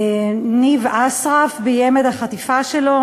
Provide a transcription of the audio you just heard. ניב אסרף ביים את החטיפה שלו,